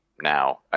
now